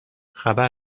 خبر